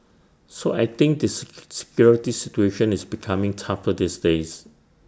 so I think this security situation is becoming tougher these days